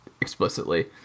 explicitly